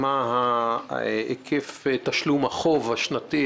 מה היקף תשלום החוב השנתי,